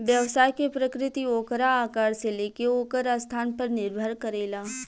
व्यवसाय के प्रकृति ओकरा आकार से लेके ओकर स्थान पर निर्भर करेला